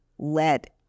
let